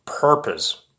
purpose